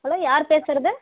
hello யார் பேசுகிறது